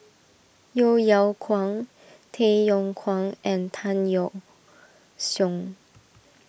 Yeo Yeow Kwang Tay Yong Kwang and Tan Yeok Seong